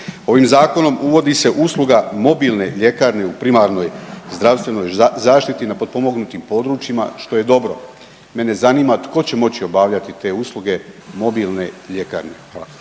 Ovim zakonom uvodi se usluga mobilne ljekarne u primarnoj zdravstvenoj zaštiti na potpomognutim područjima što je dobro. Mene zanima tko će moći obavljati te usluge mobilne ljekarne.